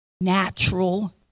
natural